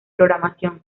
programación